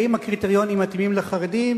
האם הקריטריונים מתאימים לחרדים